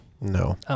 No